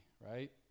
right